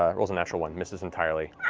ah rolls a natural one, misses entirely.